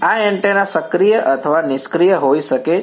આ એન્ટેના સક્રિય અથવા નિષ્ક્રિય હોઈ શકે છે